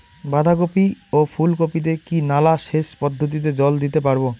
বাধা কপি ও ফুল কপি তে কি নালা সেচ পদ্ধতিতে জল দিতে পারবো?